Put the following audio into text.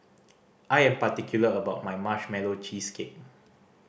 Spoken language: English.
I am particular about my Marshmallow Cheesecake